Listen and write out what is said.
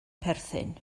perthyn